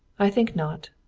i think not.